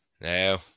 No